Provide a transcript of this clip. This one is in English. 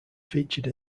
featured